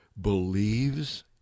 believes